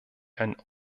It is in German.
ein